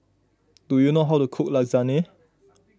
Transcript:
do you know how to cook Lasagne